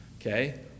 Okay